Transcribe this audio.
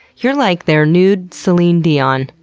you're like their nude celine dion.